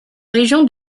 région